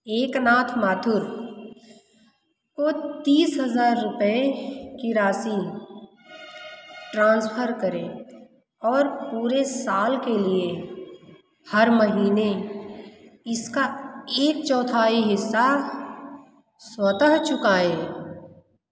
एकनाथ माथुर को तीस हजार रुपये की राशि ट्रांसफ़र करें और पूरे साल के लिए हर महीने इसका एक चौथाई हिस्सा स्वतः चुकाएं